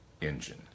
engine